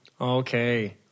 Okay